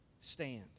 stand